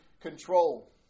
control